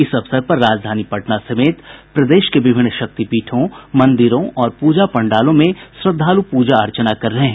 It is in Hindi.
इस अवसर पर राजधानी पटना समेत प्रदेश के विभिन्न शक्तिपीठों मंदिरों और पूजा पंडालों में श्रद्वालु पूजा अर्चना कर रहे हैं